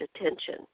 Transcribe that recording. attention